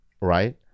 Right